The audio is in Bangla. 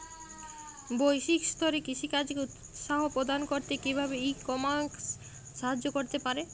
বৈষয়িক স্তরে কৃষিকাজকে উৎসাহ প্রদান করতে কিভাবে ই কমার্স সাহায্য করতে পারে?